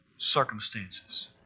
Circumstances